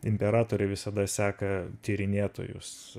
imperatoriai visada seka tyrinėtojus